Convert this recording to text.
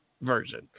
version